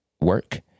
work